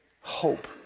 hope